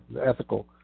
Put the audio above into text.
ethical